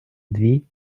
дві